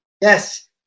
Yes